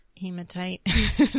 hematite